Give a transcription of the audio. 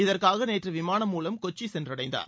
இதற்காக நேற்று விமானம் மூலம் கொச்சி சென்றடைந்தார்